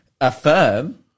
affirm